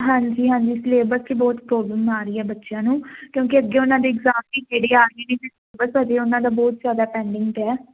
ਹਾਂਜੀ ਹਾਂਜੀ ਸਿਲੇਬਸ 'ਚ ਬਹੁਤ ਪ੍ਰੋਬਲਮ ਆ ਰਹੀ ਹ ਬੱਚਿਆਂ ਨੂੰ ਕਿਉਂਕਿ ਅੱਗੇ ਉਹਨਾਂ ਦੇ ਇਗਜ਼ਾਮ ਵੀ ਨੇੜੇ ਆ ਰਹੇ ਨੇ ਸਿਲੇਬਸ ਅਜੇ ਉਹਨਾਂ ਦਾ ਬਹੁਤ ਜਿਆਦਾ ਪੈਂਡਿੰਗ ਪਿਆ